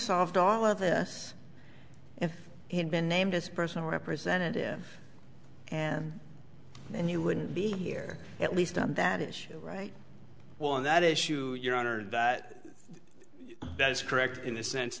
solved all of this if he'd been named as a personal representative and then you wouldn't be here at least on that issue right well on that issue your honor that that is correct in the sense